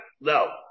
No